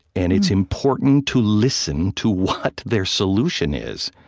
and it's important to listen to what their solution is,